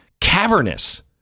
cavernous